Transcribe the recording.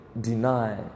deny